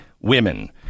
women